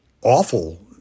awful